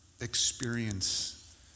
experience